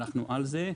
אנחנו על זה,